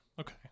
okay